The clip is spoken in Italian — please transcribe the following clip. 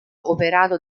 operato